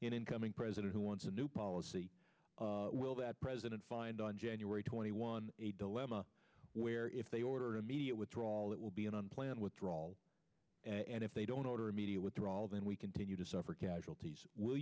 incoming president who wants a new policy will that president and on january twenty one a dilemma where if they order immediate withdrawal it will be an unplanned withdrawal and if they don't order immediate withdrawal then we continue to suffer casualties will